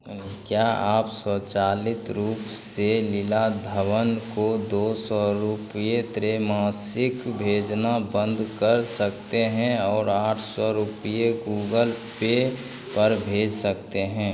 क्या आप स्वचालित रूप से लीला धवन को दो सौ रुपये त्रैमासिक भेजना बंद कर सकते हैं और आठ सौ रुपये गूगल पे पर भेज सकते हैं